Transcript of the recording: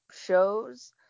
shows